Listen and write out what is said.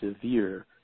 severe